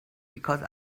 because